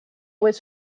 was